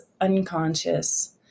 unconscious